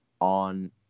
on